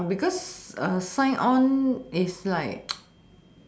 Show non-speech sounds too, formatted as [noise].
because sign on is like [noise]